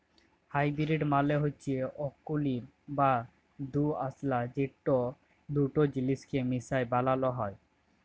hybrid মালে হচ্যে অকুলীন বা দুআঁশলা যেট দুট জিলিসকে মিশাই বালালো হ্যয়